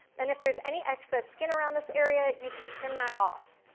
then if there's any excess skin around this area, you can trim that off.